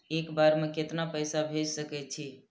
एक बार में केतना पैसा भेज सके छी?